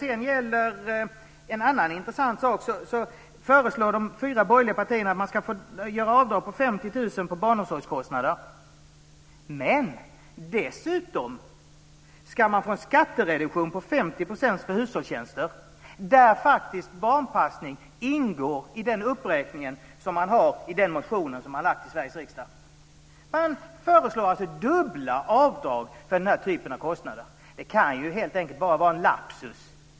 En annan intressant sak är att de fyra borgerliga partierna föreslår att man ska få göra avdrag med 50 000 kr för barnomsorgskostnader. Dessutom ska man få en skattereduktion med 50 % på hushållstjänster, där faktiskt barnpassning ingår i den uppräkning som görs i den motion som väckts i Sveriges riksdag. Man föreslår alltså dubbla avdrag för den här typen av kostnader. Det kan helt enkelt bara vara en lapsus.